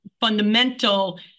fundamental